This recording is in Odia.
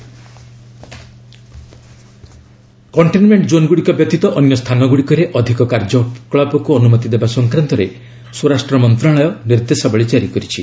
ନିଉ ଗାଇଡ୍ଲାଇନ୍ସ କଣ୍ଟେନ୍ମେଣ୍ଟ ଜୋନ୍ଗୁଡ଼ିକ ବ୍ୟତୀତ ଅନ୍ୟ ସ୍ଥାନଗୁଡ଼ିକରେ ଅଧିକ କାର୍ଯ୍ୟକଳାପକୁ ଅନୁମତି ଦେବା ସଂକ୍ରାନ୍ତରେ ସ୍ୱରାଷ୍ଟ୍ର ମନ୍ତ୍ରଣାଳୟ ନିର୍ଦ୍ଦେଶାବଳୀ ଜାରି କରିଛି